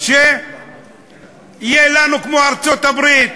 שיהיה לנו כמו בארצות-הברית,